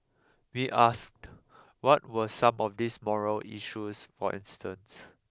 we asked what were some of these morale issues for instance